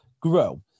grow